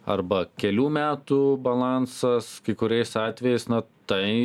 arba kelių metų balansas kai kuriais atvejais na tai